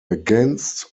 against